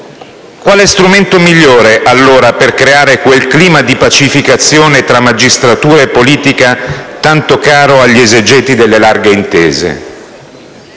Quale strumento migliore, allora, per creare quel clima di pacificazione tra magistratura e politica, tanto caro agli esegeti delle larghe intese?